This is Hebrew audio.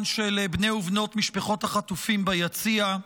של בני ובנות משפחות החטופים ביציע.